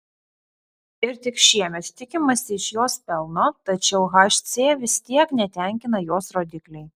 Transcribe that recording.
ir tik šiemet tikimasi iš jos pelno tačiau hc vis tiek netenkina jos rodikliai